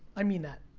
i mean that.